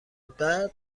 بعد